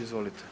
Izvolite.